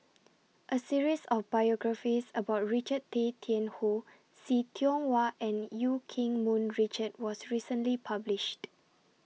A series of biographies about Richard Tay Tian Hoe See Tiong Wah and EU Keng Mun Richard was recently published